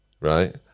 right